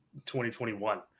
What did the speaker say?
2021